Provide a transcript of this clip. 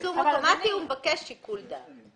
במקום פרסום אוטומטי, הוא מבקש שיקול דעת.